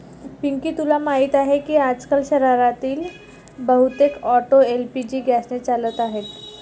पिंकी तुला माहीत आहे की आजकाल शहरातील बहुतेक ऑटो एल.पी.जी गॅसने चालत आहेत